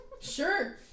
Sure